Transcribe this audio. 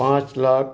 पाँच लाख